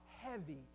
heavy